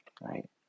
right